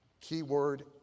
keyword